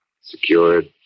secured